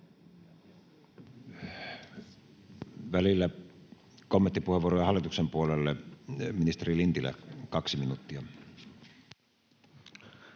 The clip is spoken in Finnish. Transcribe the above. Välillä kommenttipuheenvuoroja hallituksen puolelle. — Ministeri Lintilä, kaksi minuuttia.